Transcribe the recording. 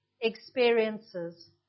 experiences